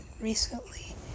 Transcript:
recently